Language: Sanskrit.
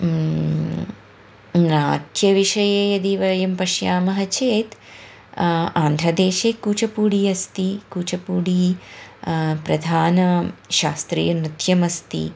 नाट्यविषये यदि वयं पश्यामः चेत् आन्ध्रदेशे कूचपूडि अस्ति कूचपूडि प्रधानशास्त्रीयनृत्यमस्ति